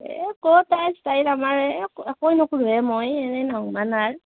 এ ক'ত আৰু ষ্টাইল আমাৰ সেই একো নকৰোঁ হে মই এনেই নাওমান আৰু